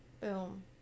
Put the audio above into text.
boom